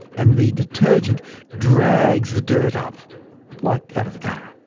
and the detergent drags the dirt up like, out of the gutter.